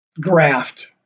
graft